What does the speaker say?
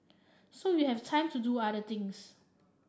so you have time to do other things